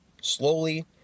slowly